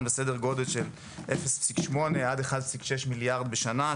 בהיקף של 0.8 עד 1.6 מיליארד בשנה,